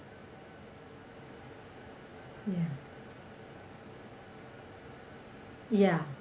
ya ya